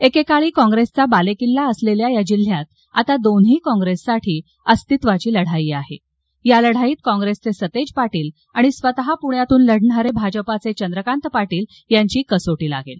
एकेकाळी काँप्रेसचा बालेकिल्ला असलेल्या या जिल्ह्यात आता दोन्ही काँप्रेससाठी अस्तित्वाची लढाई आहे या लढाईत कॉप्रेसचे सतेज पाटील आणि स्वतः पृण्यातून लढणारे भाजपाचे चंद्रकांत पाटील यांची कसोटी लागेल